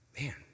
Man